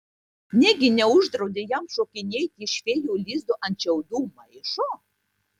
negi neuždraudė jam šokinėti iš fėjų lizdo ant šiaudų maišo